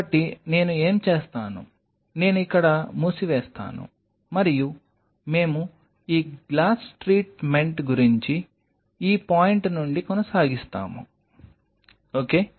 కాబట్టి నేను ఏమి చేస్తాను నేను ఇక్కడ మూసివేస్తాను మరియు మేము ఈ గ్లాస్ ట్రీట్మెంట్ గురించి ఈ పాయింట్ నుండి కొనసాగిస్తాము సరే